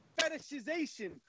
fetishization